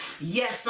yes